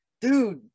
dude